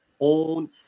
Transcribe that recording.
own